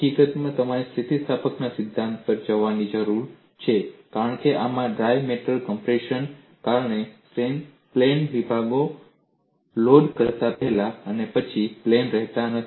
હકીકતમાં તમારે સ્થિતિસ્થાપકતાના સિદ્ધાંત પર જવાની જરૂર છે કારણ કે આમાં ડાયમેટ્રલ કમ્પ્રેશનને કારણે પ્લેન વિભાગો લોડ કરતા પહેલા અને પછી પ્લેન રહેતા નથી